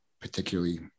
particularly